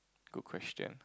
good question